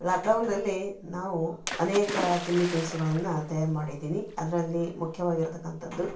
ಲಾಕ್ಡೌನ್ನಲ್ಲಿ ನಾವು ಅನೇಕ ತಿಂಡಿ ತಿನಿಸುಗಳನ್ನ ತಯಾರು ಮಾಡಿದ್ದೀನಿ ಅದರಲ್ಲಿ ಮುಖ್ಯವಾಗಿರ್ತಕ್ಕಂಥದ್ದು